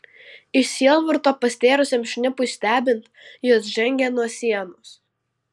iš sielvarto pastėrusiam šnipui stebint jos žengė nuo sienos